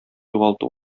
югалту